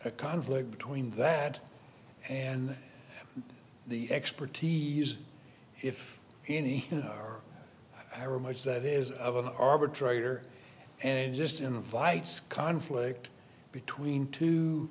a conflict between that and the expertise if any you know or much that is of an arbitrator and just invites conflict between two